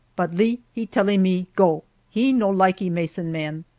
but lee, he tellee me go he no likee mason-man.